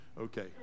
Okay